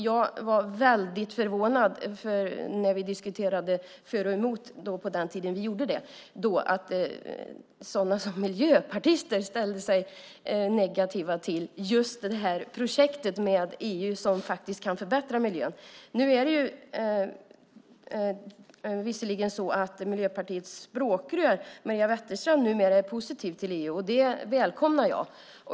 På den tiden vi diskuterade för och emot var jag väldigt förvånad över att sådana som miljöpartister ställde sig negativa till just detta projekt med EU, som faktiskt kan förbättra miljön. Numera är visserligen Miljöpartiets språkrör Maria Wetterstrand positiv till EU, och det välkomnar jag.